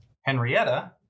Henrietta